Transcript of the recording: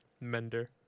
Mender